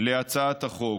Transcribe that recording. להצעת החוק.